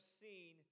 seen